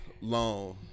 loan